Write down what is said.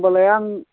होमब्लालाय आं